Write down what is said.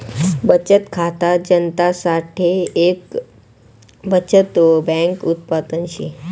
बचत खाता जनता साठे एक बचत बैंक उत्पादन शे